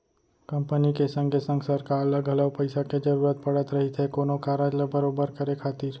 company के संगे संग सरकार ल घलौ पइसा के जरूरत पड़त रहिथे कोनो कारज ल बरोबर करे खातिर